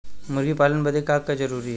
मुर्गी पालन बदे का का जरूरी ह?